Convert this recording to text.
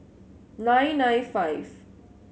nine nine five